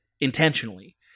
intentionally